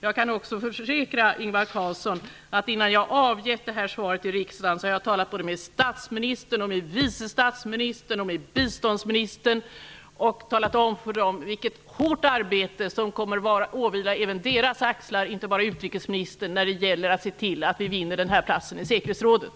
Jag kan också försäkra Ingvar Carlsson att jag innan jag avgav detta svar hade talat med statsministern, med vice statsministern och med biståndsministern och att jag sagt till dem att det är ett hårt arbete som kommer att åvila även dem -- dvs. inte bara utrikesministern -- när det gäller att se till att vi vinner den här platsen i säkerhetsrådet.